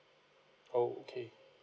oh okay